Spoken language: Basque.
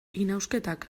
inausketak